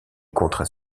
contrats